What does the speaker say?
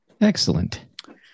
excellent